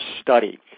study